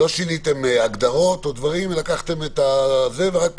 לא שיניתם הגדרות או דברים, רק לקחת את הזה ורק